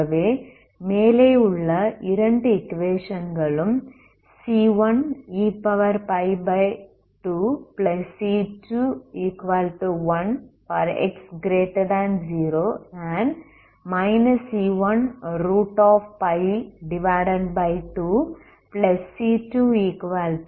ஆகவே மேலே உள்ள இரண்டு ஈக்குவேஷன்களும் c12c21 for x0 and c12c20 for x0